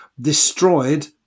destroyed